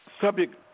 subject